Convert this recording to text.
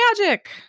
magic